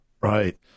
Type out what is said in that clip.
Right